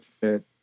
fit